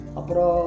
apro